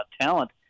talent